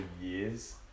years